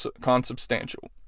consubstantial